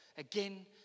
Again